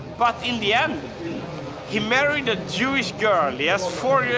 but in the end he married a jewish girl. he has four yeah